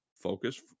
focus